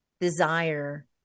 desire